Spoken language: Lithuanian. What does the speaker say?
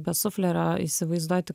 be suflerio įsivaizduoti